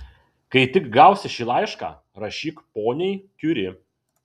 kai tik gausi šį laišką rašyk poniai kiuri